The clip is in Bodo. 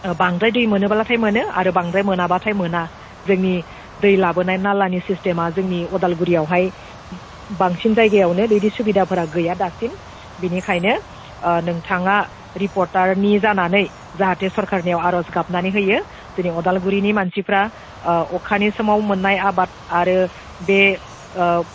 बांद्राय दै मोनोब्लाथाय मोनो आरो बांद्राय मोनाबाथाय मोना जोंनि दै लाबोनाय नालानि सिस्टेमआ जोंनि अदालगुरियावहाय बांसिन जायगायावनो बिदि सुबिदाफोरा गैया दासिम बेनिखायनो नोंथाङा रिपर्टारनि जानानै जाहाथे सोरकारनियाव आरज गाबनानै होयो जोंनि अदालगुरिनि मानसिफोरा अखानि समाव मोननाय आबाद आरो बे